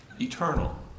eternal